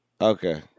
okay